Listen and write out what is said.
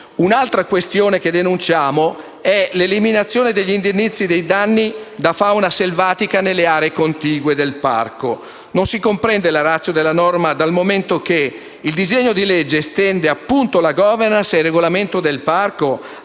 Un'altra questione che denunciamo è l'eliminazione degli indennizzi dei danni da fauna selvatica nelle aree contigue del parco. Non si comprende la *ratio* della norma, dal momento che il disegno di legge estende appunto la *governance* e il regolamento del parco